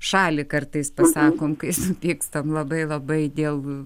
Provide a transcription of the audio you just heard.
šalį kartais pasakom kai susipykstam labai labai dėl